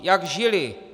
Jak žili.